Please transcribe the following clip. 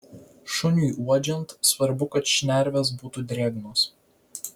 šuniui uodžiant svarbu kad šnervės būtų drėgnos